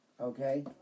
Okay